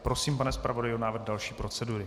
Prosím, pane zpravodaji, o návrh další procedury.